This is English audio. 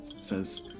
says